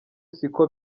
siko